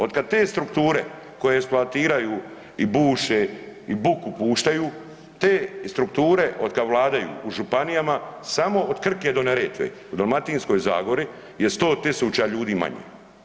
Otkad te strukture koje eksploatiraju i buše i buku puštaju, te strukture od kad vladaju u županijama, samo od Krke do Neretve, u Dalmatinskoj zagori je 100 tisuća ljudi manje.